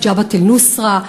את "ג'בהת א-נוסרה",